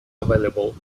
available